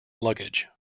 luggage